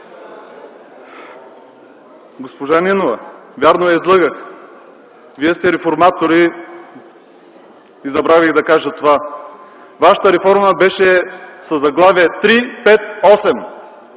Госпожа Нинова, вярно е, излъгах. Вие сте реформатори и забравих да кажа това. Вашата реформа беше със заглавие